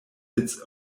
its